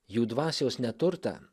jų dvasios neturtą